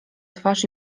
twarz